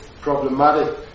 problematic